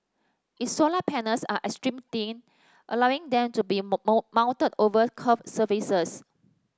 its solar panels are extra thin allowing them to be moulded over curved surfaces